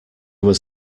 was